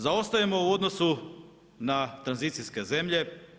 Zaostajemo u odnosu na tranzicijske zemlje.